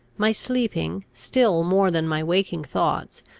my sleeping, still more than my waking thoughts,